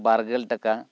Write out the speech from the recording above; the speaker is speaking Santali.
ᱵᱟᱨᱜᱮᱞ ᱴᱟᱠᱟ